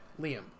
Liam